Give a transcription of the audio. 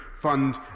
Fund